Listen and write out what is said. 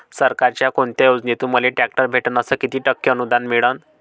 सरकारच्या कोनत्या योजनेतून मले ट्रॅक्टर भेटन अस किती टक्के अनुदान मिळन?